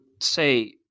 say